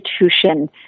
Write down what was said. institution